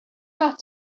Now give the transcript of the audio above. have